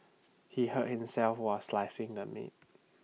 he hurt himself while slicing the meat